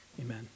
amen